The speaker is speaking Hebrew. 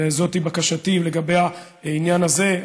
וזאת היא בקשתי לגבי העניין הזה.